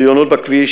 בריונות בכביש,